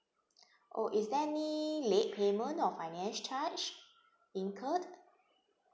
oh is there any late payment or finance charge incurred